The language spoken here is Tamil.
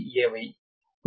ஏவை 0